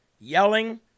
yelling